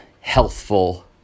healthful